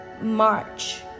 March